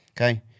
Okay